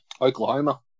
Oklahoma